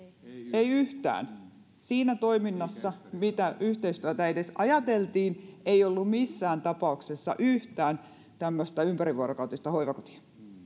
ei yhtään siinä toiminnassa mitä yhteistyötä edes ajateltiin ei ollut missään tapauksessa yhtään tämmöistä ympärivuorokautista hoivakotia